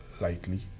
lightly